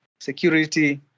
security